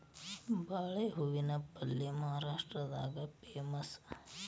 ಬಾಳೆ ಹೂವಿನ ಪಲ್ಯೆ ಮಹಾರಾಷ್ಟ್ರದಾಗ ಪೇಮಸ್